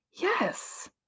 Yes